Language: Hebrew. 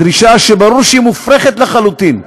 דרישה שברור שהיא מופרכת לחלוטין.